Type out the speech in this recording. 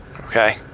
Okay